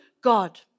God